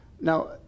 Now